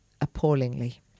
appallingly